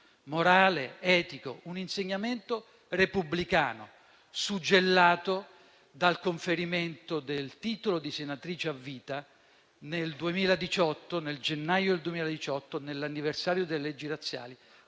morale, etico, un insegnamento repubblicano, suggellato dal conferimento del titolo di senatrice a vita nel gennaio 2018, nell'anniversario delle leggi razziali,